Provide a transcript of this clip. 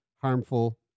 harmful